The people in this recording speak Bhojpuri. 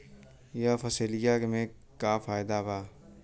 यह फसलिया में का फायदा बा?